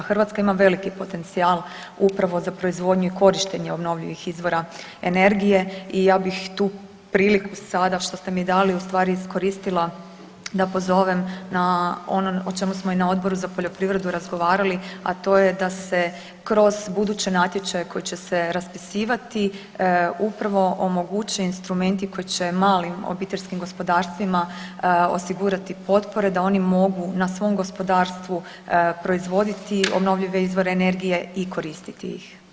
Hrvatska ima veliki potencijal upravo za proizvodnju i korištenje obnovljivih izvora energije i ja bih tu priliku sada što ste mi dali u stvari iskoristila da pozovem na ono o čemu smo i na Odboru za poljoprivredu razgovarali, a to je da se kroz buduće natječaje koji će se raspisivati upravo omoguće instrumenti koji će malim obiteljskim gospodarstvima osigurati potpore da oni mogu na svom gospodarstvu proizvoditi obnovljive izvore energije i koristiti ih.